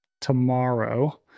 tomorrow